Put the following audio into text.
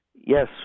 Yes